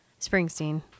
Springsteen